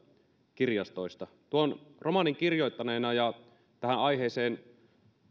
kirjastoista tuon romaanin kirjoittaneena ja tähän aiheeseen